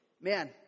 Man